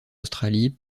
australie